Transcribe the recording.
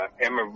Emma